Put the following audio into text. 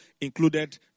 included